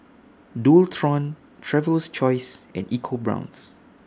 Dualtron Traveler's Choice and EcoBrown's